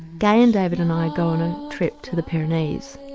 gay and david and i go on a trip to the pyrenees,